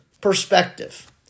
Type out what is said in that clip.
Perspective